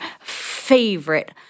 favorite